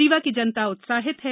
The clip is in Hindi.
रीवा की जनता उत्साहित है